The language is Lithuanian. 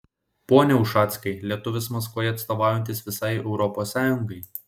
pone ušackai lietuvis maskvoje atstovaujantis visai europos sąjungai